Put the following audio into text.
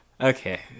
Okay